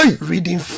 Reading